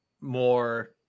more